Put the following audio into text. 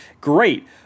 great